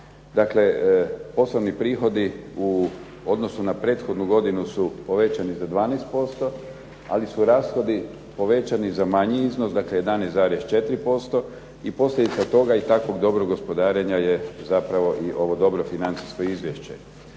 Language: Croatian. Dakle, poslovni prihodi u odnosu na prethodnu godinu su povećana za 12%, ali su rashodi povećani za manji iznos 11,4% i posljedica toga i tako dobrog gospodarenja je zapravo i ovo dobro financijsko izvješće.